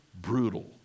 brutal